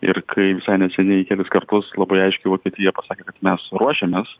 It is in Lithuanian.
ir kai visai neseniai kelis kartus labai aiškiai vokietija pasakė kad mes ruošiamės